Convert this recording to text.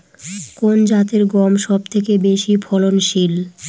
কোন জাতের গম সবথেকে বেশি ফলনশীল?